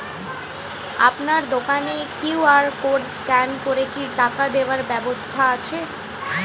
আপনার দোকানে QR code scan করে কি টাকা দেওয়ার ব্যবস্থা আছে?